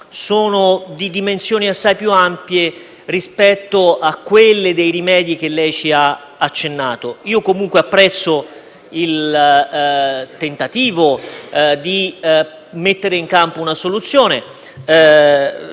sono di dimensioni assai più ampie rispetto a quelle dei rimedi che lei ha accennato. Comunque, apprezzo il tentativo di mettere in campo una soluzione.